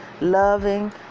loving